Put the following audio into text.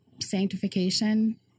sanctification